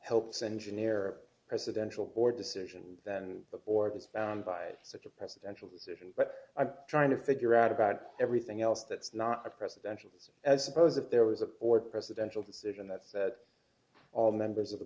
helps engineer a presidential board decision then the board d is bound by such a presidential decision but i'm trying to figure out about everything else that's not a presidential as suppose if there was a board presidential decision that's that all members of the